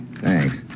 Thanks